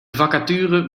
vacature